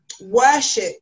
worship